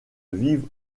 vive